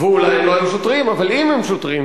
ואולי הם לא היו שוטרים, אבל אם הם היו שוטרים.